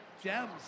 gems